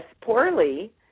poorly